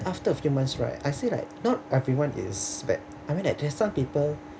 after a few months right I feel like not everyone is bad I mean like there's some people